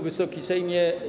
Wysoki Sejmie!